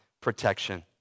protection